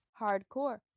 Hardcore